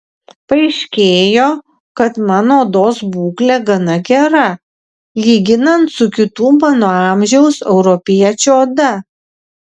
paaiškėjo kad mano odos būklė gana gera lyginant su kitų mano amžiaus europiečių oda